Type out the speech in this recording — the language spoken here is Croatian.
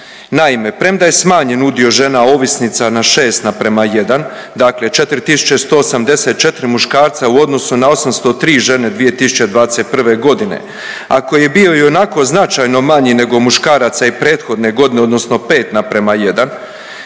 Naime, premda je smanjen udio žena ovisnica na 6:1, dakle 4184 muškarca u odnosu na 803 žene 2021. godine a koji je bio i onako značajno manji nego muškaraca i prethodne godine, odnosno 5:1